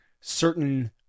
certain